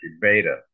beta